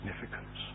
significance